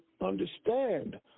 understand